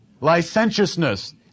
licentiousness